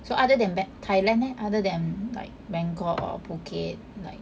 so other than ban~ Thailand leh other than like Bangkok or Phuket like